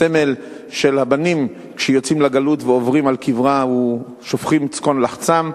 הסמל של הבנים כשיוצאים לגלות ועוברים על קברה ושופכים את צקון לחשם,